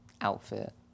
outfit